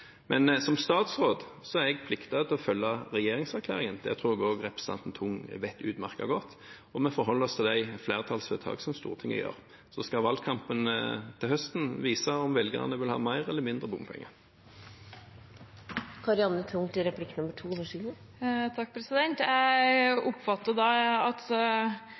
Som statsråd er jeg pliktig til å følge regjeringserklæringen. Det tror jeg også representanten Tung vet utmerket godt. Vi forholder oss til de flertallsvedtak som Stortinget gjør. Og så skal valgkampen til høsten vise om velgerne vil ha mer eller mindre bompenger. Jeg oppfatter da at statsråden er for et indirekte nytteprinsipp, mens nestlederen i Fremskrittspartiet er mot et indirekte nytteprinsipp. Så da